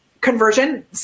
conversion